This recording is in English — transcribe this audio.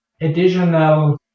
additional